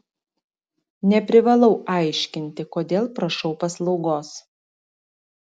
neprivalau aiškinti kodėl prašau paslaugos